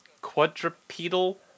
quadrupedal